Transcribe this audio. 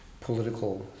political